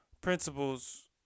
principles